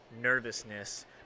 nervousness